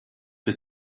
für